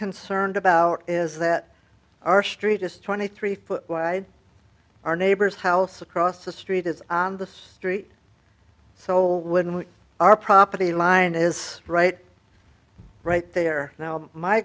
concerned about is that our street just twenty three foot wide our neighbor's house across the street is on the street so when we our property line is right right there now my